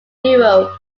europe